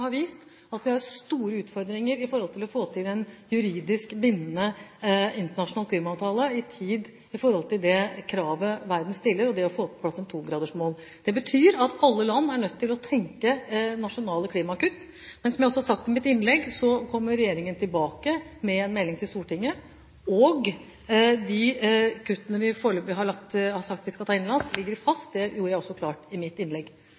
har vist at vi har store utfordringer med å få til en juridisk bindende internasjonal klimaavtale i tid i forhold til det kravet verden stiller, og det å få på plass et togradersmål. Det betyr at alle land er nødt til å tenke nasjonale klimakutt. Som jeg også har sagt i mitt innlegg, kommer regjeringen tilbake med en melding til Stortinget. De kuttene, som vi foreløpig har sagt at vi skal ta innenlands, ligger fast. Det gjorde jeg også klart i mitt innlegg.